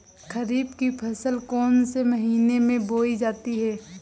खरीफ की फसल कौन से महीने में बोई जाती है?